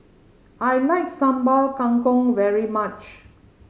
I like Sambal Kangkong very much